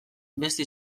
beste